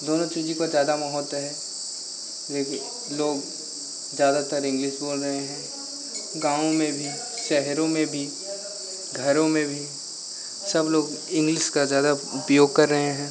दोनों चीज़ों का ज़्यादा महत्व है लेकिन लोग ज़्यादातर इंग्लिश बोल रहे हैं गाँव में भी शहरों में भी घरों में भी सब लोग इंग्लिश का ज़्यादा उपयोग कर रहे हैं